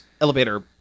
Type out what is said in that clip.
elevator